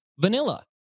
vanilla